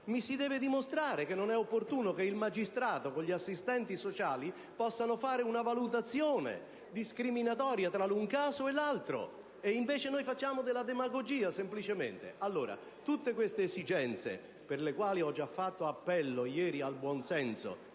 Mi si deve dimostrare che non è opportuno che il magistrato, con l'aiuto degli assistenti sociali, faccia una valutazione discriminatoria tra l'un caso e l'altro. Invece, facciamo semplicemente della demagogia. Tutte queste esigenze, per le quali ho già fatto appello ieri al buon senso,